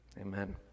Amen